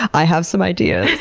i have some ideas.